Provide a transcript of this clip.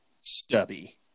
Stubby